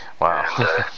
wow